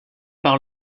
par